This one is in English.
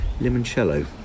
limoncello